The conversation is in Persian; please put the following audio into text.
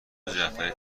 جعفری